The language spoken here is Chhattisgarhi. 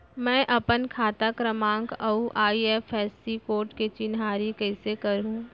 मैं अपन खाता क्रमाँक अऊ आई.एफ.एस.सी कोड के चिन्हारी कइसे करहूँ?